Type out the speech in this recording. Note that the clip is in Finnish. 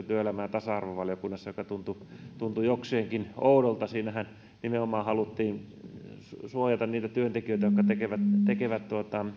työelämä ja tasa arvovaliokunnassa käsittelyssä niin sanottu patalappudirektiivi joka tuntui jokseenkin oudolta siinähän nimenomaan haluttiin suojata niitä työntekijöitä jotka tekevät